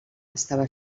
estava